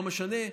לא משנה,